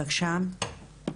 בבקשה.